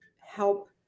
help